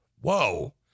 whoa